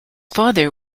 father